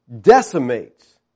decimates